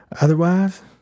Otherwise